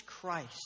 Christ